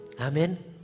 Amen